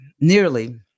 nearly